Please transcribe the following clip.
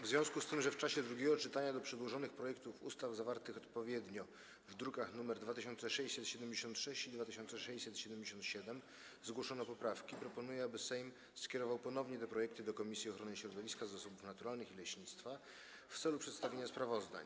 W związku z tym, że w czasie drugiego czytania do przedłożonych projektów ustaw zawartych odpowiednio w drukach nr 2676 i 2677 zgłoszono poprawki, proponuję, aby Sejm skierował ponownie te projekty do Komisji Ochrony Środowiska, Zasobów Naturalnych i Leśnictwa w celu przedstawienia sprawozdań.